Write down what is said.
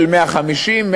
של 150,000,